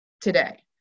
today